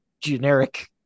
generic